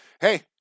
hey